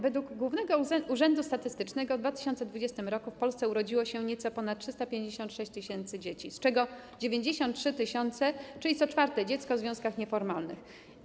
Według Głównego Urzędu Statystycznego w 2020 r. w Polsce urodziło się nieco ponad 356 tys. dzieci, z czego 93 tys., czyli co czwarte dziecko, w związkach nieformalnych.